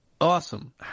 Awesome